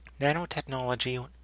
Nanotechnology